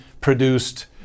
produced